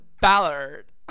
Ballard